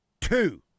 two